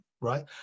right